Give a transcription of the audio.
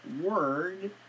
word